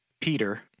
Peter